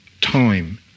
time